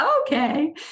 okay